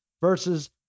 versus